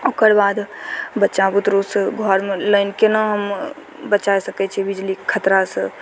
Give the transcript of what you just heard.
ओकरबाद बच्चा बुतरूसँ घरमे लाइन केना हम बचाय सकय छियै बिजलीके खतरासँ